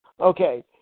Okay